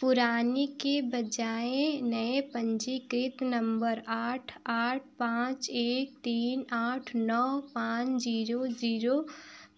पुरानी की बजाय नए पंजीकृत नम्बर आठ आठ पाँच एक तीन आठ नौ पाँच जीरो जीरो